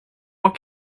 what